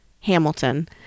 Hamilton